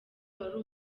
wari